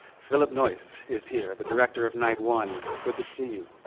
phillip noise is here, the director of night one. good to see you,